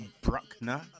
Bruckner